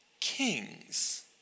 kings